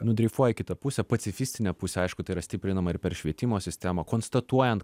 nudreifuoja į kitą pusę pacifistinę pusę aišku tai yra stiprinama ir per švietimo sistemą konstatuojant